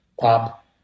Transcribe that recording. pop